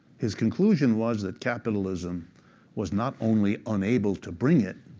his conclusion was that capitalism was not only unable to bring it,